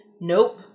nope